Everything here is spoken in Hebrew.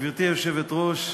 גברתי היושבת-ראש,